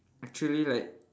actually like